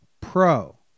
Pro